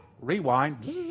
Rewind